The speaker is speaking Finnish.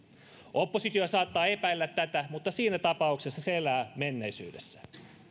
oppositio saattaa epäillä tätä mutta siinä tapauksessa se elää menneisyydessä